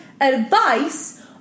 advice